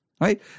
right